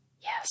yes